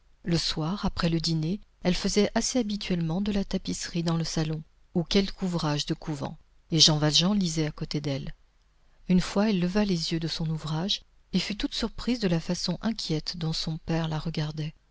le soir après le dîner elle faisait assez habituellement de la tapisserie dans le salon ou quelque ouvrage de couvent et jean valjean lisait à côté d'elle une fois elle leva les yeux de son ouvrage et elle fut toute surprise de la façon inquiète dont son père la regardait